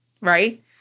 right